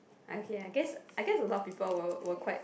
okay I guess I guess a lot of people were were quite